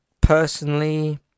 personally